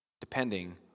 depending